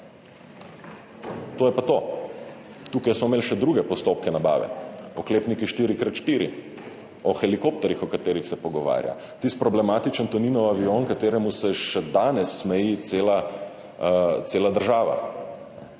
To je pa to. Tukaj smo imeli še druge postopke nabave – oklepniki 4x4, o helikopterjih, o katerih se pogovarja, tisti problematični Toninov avion, ki se mu še danes smeji cela država,